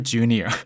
Junior